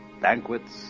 banquets